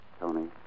Tony